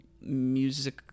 music